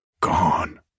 Gone